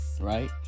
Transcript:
right